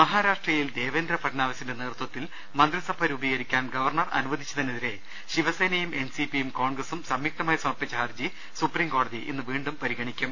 മഹാരാഷ്ട്രയിൽ ദേവേന്ദ്ര ഫഡ്നാവിസിന്റെ നേതൃത്വത്തിൽ മന്ത്രിസഭ രൂപീകരിക്കാൻ ഗവർണർ അനുവദിച്ചതിനെതിരെ ശിവസേനയും എൻ സി പിയും കോൺഗ്രസും സംയുക്തമായി സമർപ്പിച്ച ഹർജി സുപ്രീം കോടതി ഇന്ന് വീണ്ടും പരിഗണിക്കും